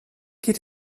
geht